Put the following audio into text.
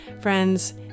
Friends